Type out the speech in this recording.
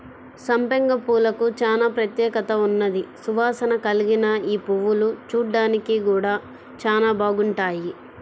సంపెంగ పూలకు చానా ప్రత్యేకత ఉన్నది, సువాసన కల్గిన యీ పువ్వులు చూడ్డానికి గూడా చానా బాగుంటాయి